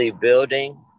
building